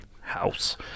house